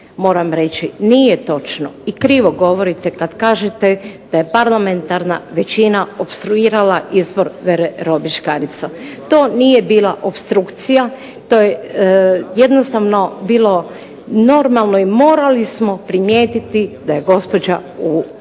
moram reći, nije točno i krivo govorite kad kažete da je parlamentarna većina opstruirala izbor Vere Robić Škarica. To nije bila opstrukcija, to je jednostavno bilo normalno i morali smo primjetiti da je gospođa u potencijalnom